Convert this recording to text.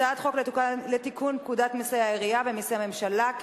הצעת חוק לתיקון פקודת מסי העירייה ומסי הממשלה (פטורין)